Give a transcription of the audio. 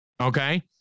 okay